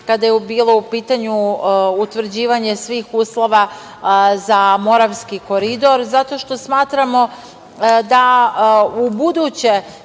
kada je bilo u pitanju utvrđivanje svih uslova za Moravski koridor, zato što smatramo da u buduće